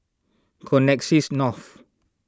Connexis North